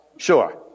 Sure